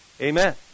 Amen